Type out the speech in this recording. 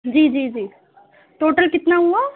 جی جی جی ٹوٹل کتنا ہوا